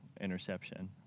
interception